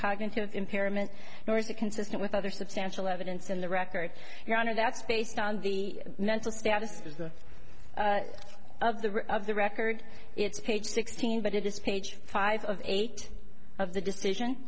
cognitive impairment nor is it consistent with other substantial evidence in the record your honor that's based on the mental status of the of the of the record it's page sixteen but it is page five of eight of the decision